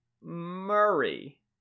Murray